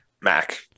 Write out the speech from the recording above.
mac